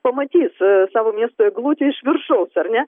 pamatys savo miesto eglutę iš viršaus ar ne